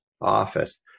office